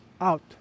out